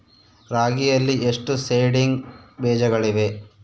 ರಾಗಿಯಲ್ಲಿ ಎಷ್ಟು ಸೇಡಿಂಗ್ ಬೇಜಗಳಿವೆ?